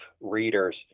readers